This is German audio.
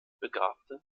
begabte